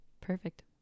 Perfect